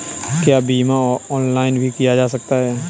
क्या बीमा ऑनलाइन भी किया जा सकता है?